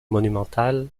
monumental